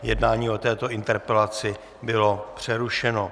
Jednání o této interpelaci bylo přerušeno.